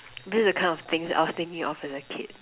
this is the kind of things that I was thinking of as a kid